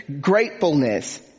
gratefulness